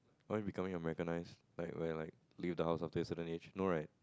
are you becoming Americanize like when like leave the house after a certain age